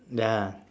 ya